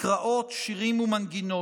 מקראות, שירים ומנגינות.